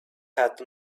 had